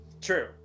True